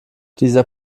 dieser